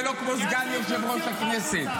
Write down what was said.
ולא כמו סגן יושב-ראש הכנסת.